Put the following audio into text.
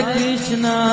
Krishna